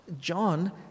John